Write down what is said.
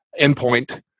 endpoint